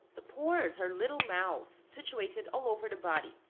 the pores are little mouths situated all over the body,